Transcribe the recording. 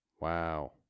Wow